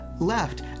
Left